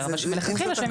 אבל מלכתחילה שהם ימונו.